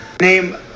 Name